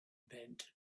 bent